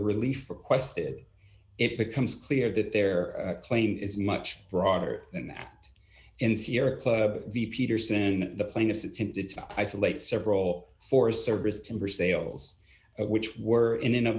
relief requested it becomes clear that their claim is much broader than that in sierra club the peterson the plaintiffs attempted to isolate several forest service timber sales which were in and of